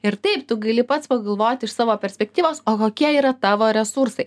ir taip tu gali pats pagalvoti iš savo perspektyvos o kokie yra tavo resursai